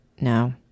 no